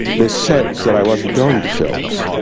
this sense that i wasn't going to films,